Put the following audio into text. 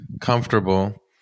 comfortable